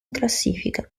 classifica